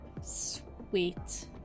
Sweet